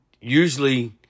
usually